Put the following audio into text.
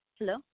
Hello